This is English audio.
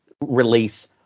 release